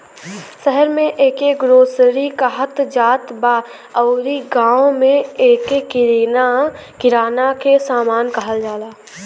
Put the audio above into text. शहर में एके ग्रोसरी कहत जात बा अउरी गांव में एके किराना के सामान कहल जाला